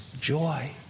joy